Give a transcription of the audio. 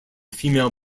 female